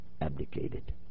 abdicated